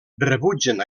rebutgen